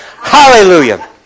Hallelujah